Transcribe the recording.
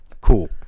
cool